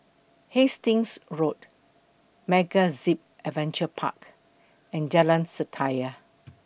Hastings Road MegaZip Adventure Park and Jalan Setia